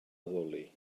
addoli